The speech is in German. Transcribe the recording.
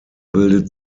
bildet